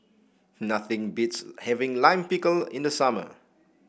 nothing beats having Lime Pickle in the summer